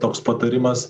toks patarimas